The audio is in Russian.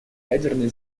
ядерной